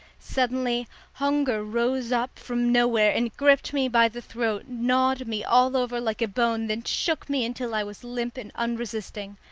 suddenly hunger rose up from nowhere and gripped me by the throat, gnawed me all over like a bone, then shook me until i was limp and unresisting.